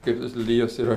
kaip tos lelijos yra